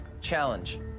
challenge